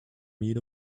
meet